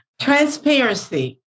transparency